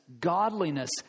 godliness